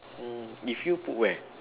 mm if you put where